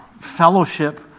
fellowship